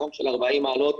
בחום של 40 מעלות,